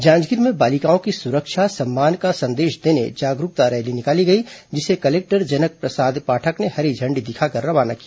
जांजगीर में बालिकाओं की सुरक्षा सम्मान का संदेश देने जागरूकता रैली निकाली गई जिसे कलेक्टर जनक प्रसाद पाठक ने हरी झण्डी दिखाकर रवाना किया